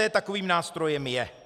EET takovým nástrojem je.